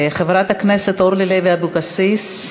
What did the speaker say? חברת הכנסת אורלי לוי אבקסיס.